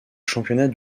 championnat